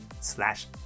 slash